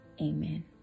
Amen